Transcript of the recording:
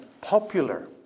popular